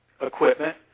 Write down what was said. equipment